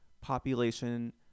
population